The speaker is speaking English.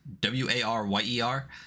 W-A-R-Y-E-R